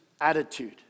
attitude